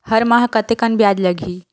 हर माह कतेकन ब्याज लगही?